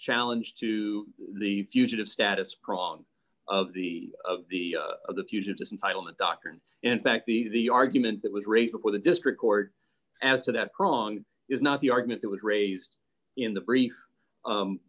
challenge to the fugitive status prong of the of the of the fugitive entitlement doctrine in fact the the argument that was rape before the district court as to that prong is not the argument that was raised in the brief